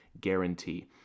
guarantee